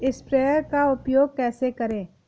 Sprayer का उपयोग कैसे करें?